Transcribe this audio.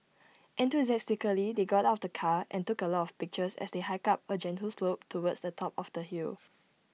enthusiastically they got out of the car and took A lot of pictures as they hiked up A gentle slope towards the top of the hill